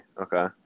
Okay